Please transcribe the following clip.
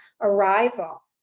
arrival